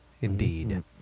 Indeed